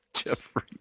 Jeffrey